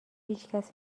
هیچکس